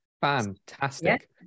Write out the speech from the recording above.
fantastic